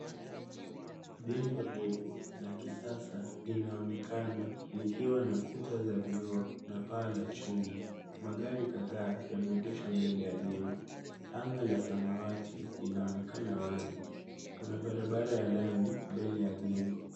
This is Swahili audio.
Jengo refu la kisasa linaonekana likiwa na kuta za vioo na paa la chuma. Magari kadhaa yameegeshwa mbele ya jengo. Anga la samawati linaonekana wazi. Kuna barabara ya lami mbele ya jengo.